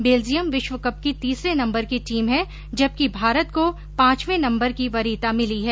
Belgium विश्वकप की तीसरे नम्बर की टीम है जबकि भारत को पांचवे नम्बर की वरीयता मिली है